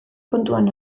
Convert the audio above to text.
kontuan